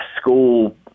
School